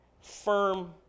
firm